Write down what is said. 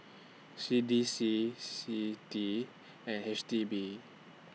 C D C C I T I and H D B